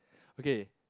okay